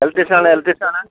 ഇലക്ട്രീഷനാണ് ഇലക്ട്രീഷനാണ്